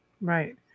Right